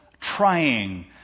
trying